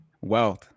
Wealth